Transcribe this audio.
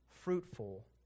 fruitful